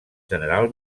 general